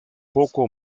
poco